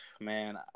man